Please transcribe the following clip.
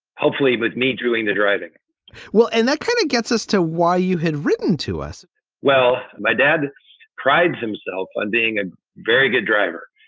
hopefully with but me doing the driving well and that kind of gets us to why you had written to us well, my dad prides himself on being a very good driver.